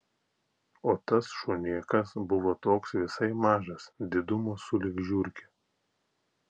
o tas šunėkas buvo toks visai mažas didumo sulig žiurke